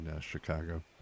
Chicago